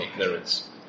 ignorance